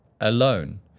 alone